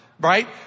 Right